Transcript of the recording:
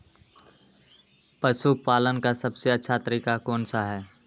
पशु पालन का सबसे अच्छा तरीका कौन सा हैँ?